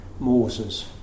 Moses